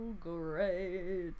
great